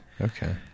okay